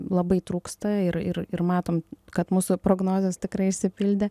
labai trūksta ir ir ir matom kad mūsų prognozės tikrai išsipildė